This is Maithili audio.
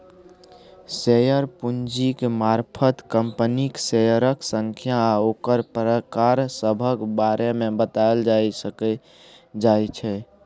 शेयर पूंजीक मारफत कंपनीक शेयरक संख्या आ ओकर प्रकार सभक बारे मे बताएल जाए सकइ जाइ छै